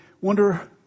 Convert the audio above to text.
wonder